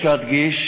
יש להדגיש